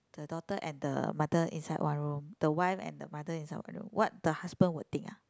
the daughter and the mother inside one room the wife and the mother inside one room what the husband will think uh